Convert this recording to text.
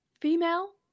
female